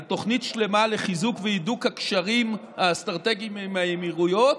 על תוכנית שלמה לחיזוק והידוק הקשרים האסטרטגיים עם האמירויות,